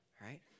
right